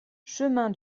chemin